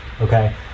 okay